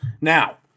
Now